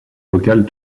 locales